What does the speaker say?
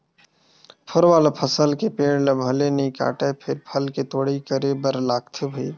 फर वाला फसल के पेड़ ल भले नइ काटय फेर फल के तोड़ाई करे बर लागथे भईर